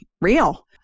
real